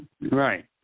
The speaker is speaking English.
Right